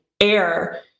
air